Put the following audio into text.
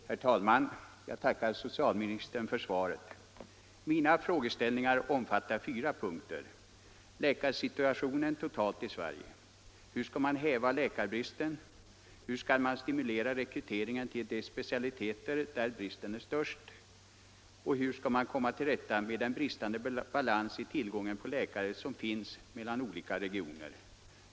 Herr talman! Jag tackar socialministern för svaret. Mina frågeställningar omfattar fyra punkter: Hur skall man komma till rätta med den bristande balans i tillgången på läkare som finns mellan olika regioner?